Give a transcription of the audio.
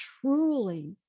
truly